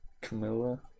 Camilla